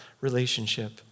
relationship